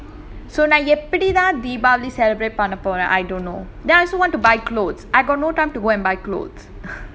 so now எனக்கு வந்து அப்போ எப்படித்தான்:enaku vandhu apo eppadithan deepavali celebrate பண்ண போறேன்:panna poraen I don't know then I also want to buy clothes I got no time to go and buy clothes